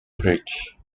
bridge